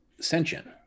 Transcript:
sentient